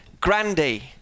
Grandy